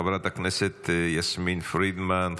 חברת הכנסת יסמין פרידמן,